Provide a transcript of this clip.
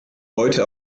heute